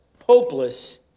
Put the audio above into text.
hopeless